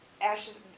Ashes